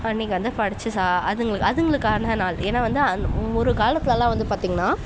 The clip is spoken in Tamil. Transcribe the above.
அன்றைக்கு வந்து படைத்து சா அதுங்களுக்கு அதுங்களுக்கான நாள் ஏன்னால் வந்து அந் ஒரு காலத்திலலாம் வந்து பார்த்திங்கன்னா